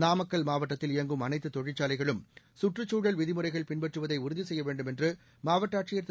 நாமக்கல் மாவட்டத்தில் இயங்கும் அனைத்து தொழிற்சாலைகளும் சுற்றுச் சூழல் விதிமுறைகள் பின்பற்றுதை உறுதி செய்ய வேண்டும் என்று மாவட்ட ஆட்சியர் திரு